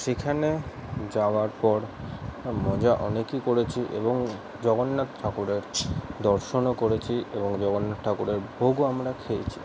সেখানে যাওয়ার পর মজা অনেকই করেছি এবং জগন্নাথ ঠাকুরের দর্শনও করেছি এবং জগন্নাথ ঠাকুরের ভোগও আমরা খেয়েছি